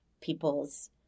people's